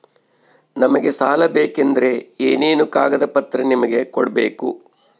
ನಮಗೆ ಸಾಲ ಬೇಕಂದ್ರೆ ಏನೇನು ಕಾಗದ ಪತ್ರ ನಿಮಗೆ ಕೊಡ್ಬೇಕು?